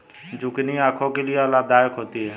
zucchini आंखों के लिए लाभदायक होती है